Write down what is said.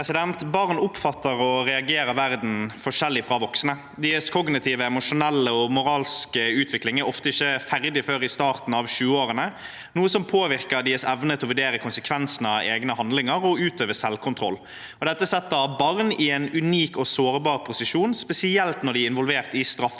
Barn opp- fatter og reagerer på verden forskjellig fra voksne. Deres kognitive, emosjonelle og moralske utvikling er ofte ikke ferdig før i starten av 20-årene, noe som påvirker deres evne til å vurdere konsekvensene av egne handlinger og utøve selvkontroll. Dette setter barn i en unik og sårbar posisjon, spesielt når de er involvert i straffesaker,